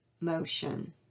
motion